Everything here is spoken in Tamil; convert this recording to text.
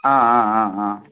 ஆ ஆ ஆ ஆ